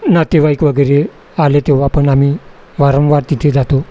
नातेवाईक वगैरे आले तेव्हा पण आम्ही वारंवार तिथे जातो